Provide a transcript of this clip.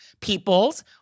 people's